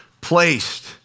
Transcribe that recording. placed